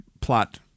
plot